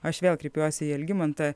aš vėl kreipiuosi į algimantą